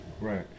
right